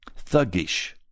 thuggish